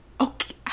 Okay